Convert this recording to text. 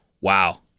Wow